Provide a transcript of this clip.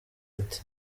ati